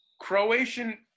Croatian